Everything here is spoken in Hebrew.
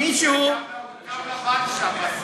גם קו לבן שם בסוף.